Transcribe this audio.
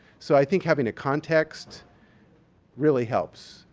so, i think having a context really helps.